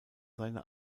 seine